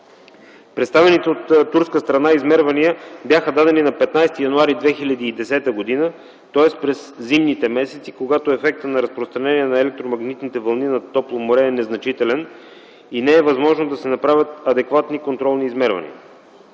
Представените от турска страна измервания бяха дадени на 15 януари 2010 г., тоест през зимните месеци, когато ефектът на разпространение на електромагнитните вълни над топло море е незначителен и не е възможно да се направят адекватни контролни измервания.